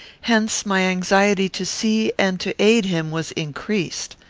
hence my anxiety to see and to aid him was increased.